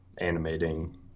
animating